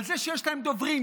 על זה שיש להם דוברים,